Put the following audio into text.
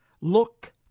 Look